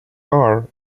car